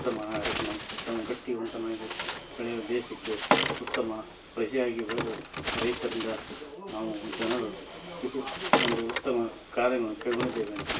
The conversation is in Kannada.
ಉತ್ತಮ ನಾಗರಿಕನಾಗಿ ಉತ್ತಮ ಗಟ್ಟಿವಂತನಾಗಿ ಬೆಳೆಯಲು ದೇಶಕ್ಕೆ ಉತ್ತಮ ಪ್ರಜೆಯಾಗಿ ಬೆಳೆದು ರೈತರಿಂದ ನಾವು ಜನರು ಇದು ಒಂದು ಉತ್ತಮ ಕಾರ್ಯವನ್ನು ಕೈಗೊಂಡಿದ್ದೇವೆ ಅಂತ